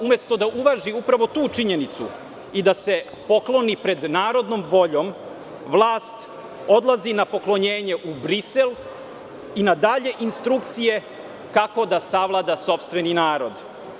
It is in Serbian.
Umesto da uvaži upravo tu činjenicu i da se pokloni pred narodnom voljom, vlast odlazi na poklonjenje u Brisel i na dalje instrukcije kako da savlada sopstveni narod.